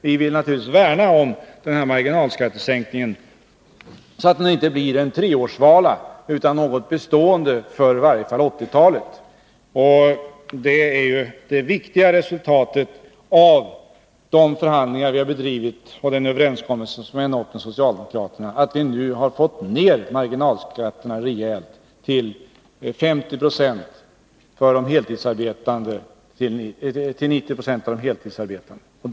Vi vill naturligtvis värna om den här marginalskattesänkningen, så att den inte blir en treårssvala utan något bestående, i varje fall för 1980-talet. Det är ju det viktiga resultatet av de förhandlingar vi bedrivit och den överenskommelse som vi nått med socialdemokraterna, att vi nu fått ned marginalskatterna rejält för 90 96 av de heltidsarbetande.